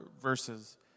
verses